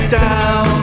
down